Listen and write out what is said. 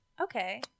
Okay